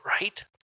right